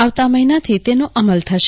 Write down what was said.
આવતા મહિનાથી તેનો અમલ હશે